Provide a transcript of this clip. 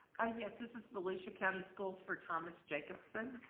ah yes, this is volusia county schools for thomas jacobson.